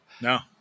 No